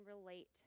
relate